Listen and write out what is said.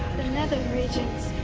nether regions.